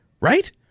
right